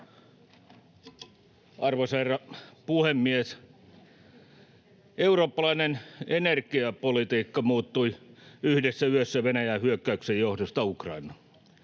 Arvoisa herra puhemies! Eurooppalainen energiapolitiikka muuttui yhdessä yössä Venäjän Ukrainaan hyökkäyksen johdosta.